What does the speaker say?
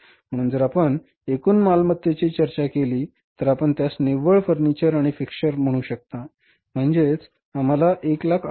म्हणून जर आपण एकूण मालमत्तेबद्दल चर्चा केली तर आपण त्यास निव्वळ फर्निचर आणि फिक्स्चर म्हणू शकता म्हणजे आम्हाला 168000 दिले आहेत